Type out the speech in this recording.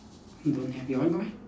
don't have your one got meh